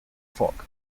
folk